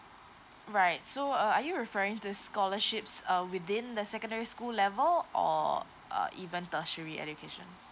alright so uh are you referring to scholarships uh within the secondary school level or uh even tertiary education